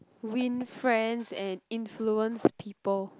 win friends and influence people